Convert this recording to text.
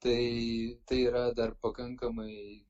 tai tai yra dar pakankamai